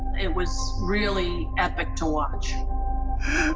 it was really epic to watch